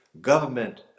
government